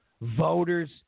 Voters